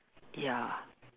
ya